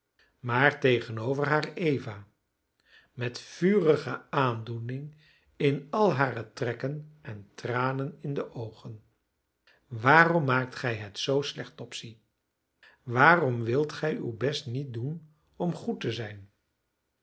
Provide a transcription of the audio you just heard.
maar tegenover haar eva met vurige aandoening in al hare trekken en tranen in de oogen waarom maakt gij het zoo slecht topsy waarom wilt gij uw best niet doen om goed te zijn